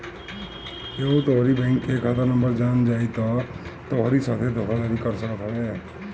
केहू तोहरी बैंक के खाता नंबर जान जाई तअ उ तोहरी साथे धोखाधड़ी कर सकत हवे